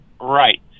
Right